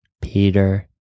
Peter